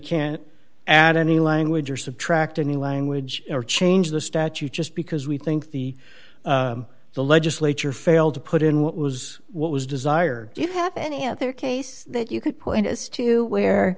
can't add a new language or subtract a new language or change the statute just because we think the the legislature failed to put in what was what was desired do you have any other case that you could point as to w